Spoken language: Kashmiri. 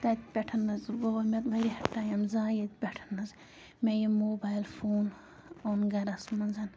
تَتہِ پٮ۪ٹھ حظ گوٚو مےٚ واریاہ ٹایِم زایہِ ییٚتہِ پٮ۪ٹھ حظ مےٚ یہِ موبایِل فون اوٚن گَرَس منٛز